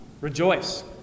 Rejoice